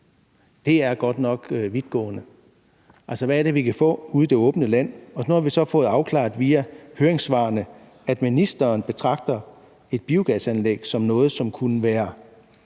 Det er godt nok vidtgående. Hvad er det, vi kan få ude i det åbne land? Vi har fået afklaret via høringssvarene, at ministeren betragter et biogasanlæg som noget, som kunne være